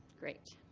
great.